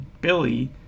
Billy